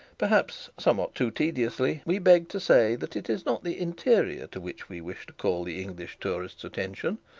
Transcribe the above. perhaps somewhat too tediously, we beg to say that it is not the interior to which we wish to call the english tourist's attention,